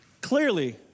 Clearly